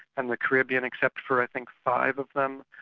and the caribbean except for i think five of them.